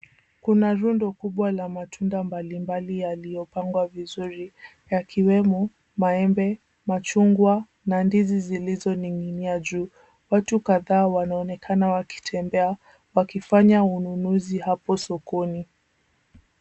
Kuna rundo kubwa la matunda mbalimbali yaliyopangwa vizuri yakiwemo maembe, machungwa na ndizi zilizoning'inia juu. Watu kadhaa wanaonekana wakitembea wakifanya ununuzi hapo sokoni.